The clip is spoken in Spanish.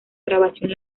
grabación